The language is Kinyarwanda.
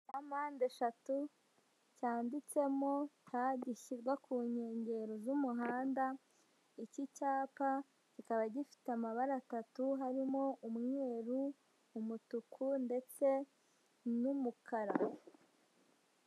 Icyapa cya mpandeshatu cyanditsemo T gishyirwa ku nkengero z'umuhanda, iki cyapa kikaba gifite amabara atatu, harimo umweru, umutuku ndetse n'umukara.